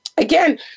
Again